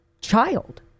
child